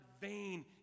vain